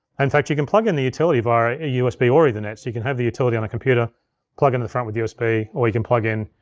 and in fact, you can plug in the utility via a usb or ethernet so you can have the utility on a computer plug in the front with usb, or you can plug in,